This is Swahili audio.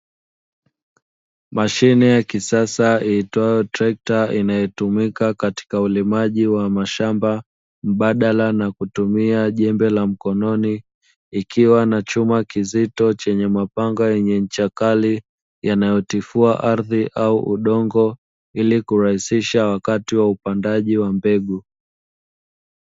Mashine ya kisasa iitwayo trekta inayotumika katika ulimaji wa mashamba, mbadala na kutumia jembe la mkononi ikiwa na chuma kizito chenye mapanga yenye ncha kali yanayotifua ardhi ama udongo ili kurahisisha wakati wa upandaji mbegu.